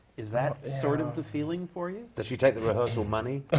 is that sort of the feeling for you? does she take the rehearsal money?